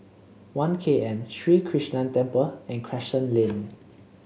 One K M Sri Krishnan Temple and Crescent Lane